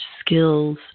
skills